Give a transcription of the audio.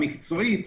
המקצועית,